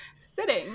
sitting